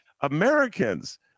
Americans